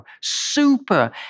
super